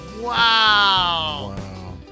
Wow